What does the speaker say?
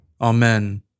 Amen